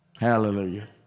Hallelujah